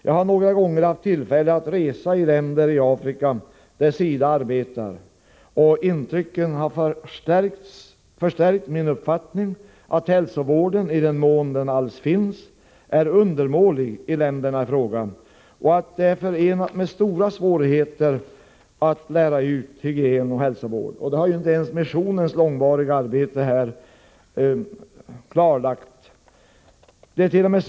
Jag har några gånger haft tillfälle att resa i länder i Afrika där SIDA arbetar, och intrycken har förstärkt min uppfattning att hälsovården, i den mån den alls finns, är undermålig i länderna i fråga och att det är förenat med stora svårigheter att lära ut hygien och hälsovård. Detta har inte ens missionen i sitt långvariga arbete här klarat. Det ärt.o.m.